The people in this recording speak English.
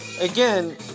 again